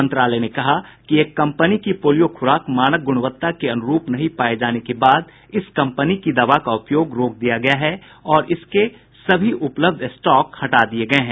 मंत्रालय ने कहा कि एक कंपनी की पोलियो खुराक मानक गुणवत्ता के अनुरूप नहीं पाए जाने के बाद इस कंपनी की दवा का उपयोग रोक दिया गया है और इसके सभी उपलब्ध स्टॉक हटा लिए गए हैं